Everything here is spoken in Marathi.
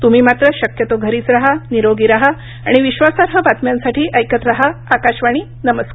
तुम्ही मात्र शक्यतो घरीच रहा निरोगी रहा आणि विश्वासार्ह बातम्यांसाठी ऐकत रहा आकाशवाणी नमस्कार